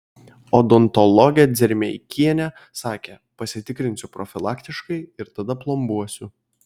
odontologė dzermeikienė sakė pasitikrinsiu profilaktiškai ir tada plombuosiu